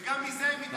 וגם מזה הם התעלמו.